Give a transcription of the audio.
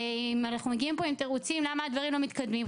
אנחנו מגיעים פה עם תירוצים למה הדברים לא מתקדמים?